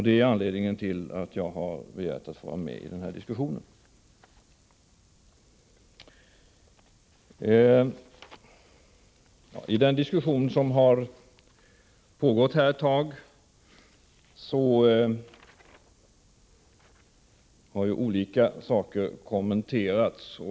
Det är anledningen till att jag har begärt att få vara medi den här diskussionen. I den debatt som har pågått ett tag har olika saker kommenterats.